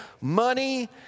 Money